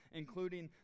including